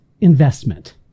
investment